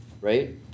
right